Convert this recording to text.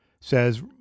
Says